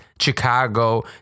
Chicago